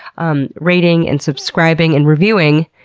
um rating, and subscribing, and reviewing.